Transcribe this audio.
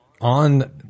on